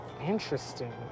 interesting